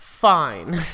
Fine